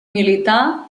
milità